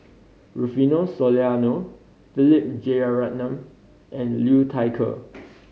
Rufino Soliano Philip Jeyaretnam and Liu Thai Ker